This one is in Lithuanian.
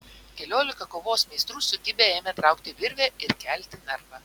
keliolika kovos meistrų sukibę ėmė traukti virvę ir kelti narvą